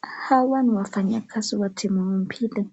Hawa ni wafanyi kazi wa timu mbili